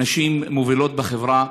נשים מובילות בחברה.